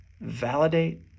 validate